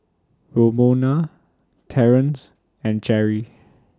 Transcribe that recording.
Romona Terence and Jerrie